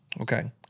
Okay